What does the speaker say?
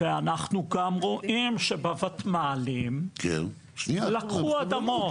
ואנחנו גם רואים שב-ותמ"לים לקחו אדמות,